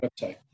website